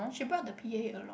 she brought the P_A along